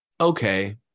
Okay